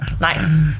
Nice